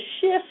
shift